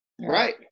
right